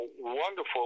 wonderful